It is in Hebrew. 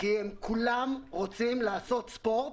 כי כולם רוצים לעשות ספורט